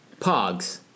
Pogs